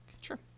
sure